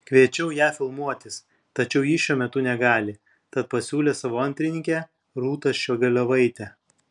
kviečiau ją filmuotis tačiau ji šiuo metu negali tad pasiūlė savo antrininkę rūtą ščiogolevaitę